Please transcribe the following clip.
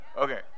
Okay